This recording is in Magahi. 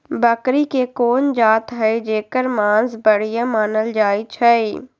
बकरी के कोन जात हई जेकर मास बढ़िया मानल जाई छई?